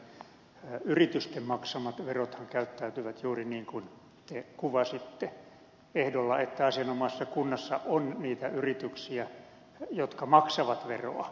lehdelle sen verran että yritysten maksamat verothan käyttäytyvät juuri niin kuin te kuvasitte ehdolla että asianomaisessa kunnassa on niitä yrityksiä jotka maksavat veroa